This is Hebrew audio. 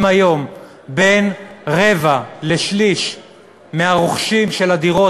אם היום בין רבע לשליש מהרוכשים של הדירות